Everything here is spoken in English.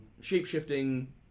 shape-shifting